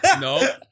no